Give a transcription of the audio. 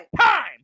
time